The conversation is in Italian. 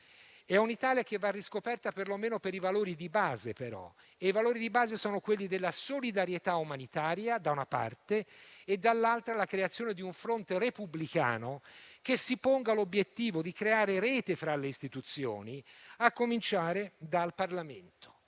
È un'Italia che va riscoperta perlomeno però per i valori di base, che sono, da una parte, quelli della solidarietà umanitaria e, dall'altra, la creazione di un fronte repubblicano che si ponga l'obiettivo di creare rete fra le Istituzioni, a cominciare dal Parlamento.